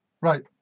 Right